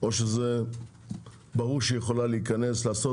או שזה ברור שהיא יכולה להיכנס ולעשות,